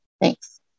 Thanks